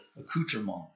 accoutrement